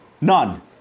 None